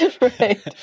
Right